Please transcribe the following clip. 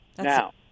Now